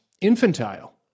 infantile